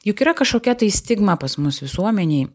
juk yra kašokia tai stigma pas mus visuomenėj